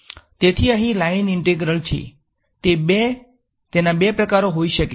તેથી અહીં line integral છે તે બે પ્રકારો હોઈ શકે